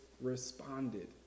responded